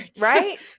right